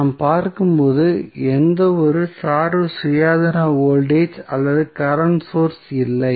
நாம் பார்க்கும்போது எந்தவொரு சார்பு சுயாதீன வோல்டேஜ் அல்லது கரண்ட் சோர்ஸ் இல்லை